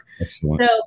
Excellent